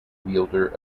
wielder